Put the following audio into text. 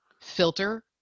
filter